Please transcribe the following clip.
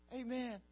Amen